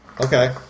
Okay